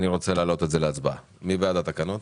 הצבעה התקנות